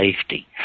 safety